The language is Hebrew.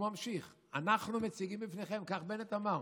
הוא ממשיך: "אנחנו מציגים בפניכם", כך בנט אמר,